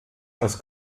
als